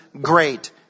great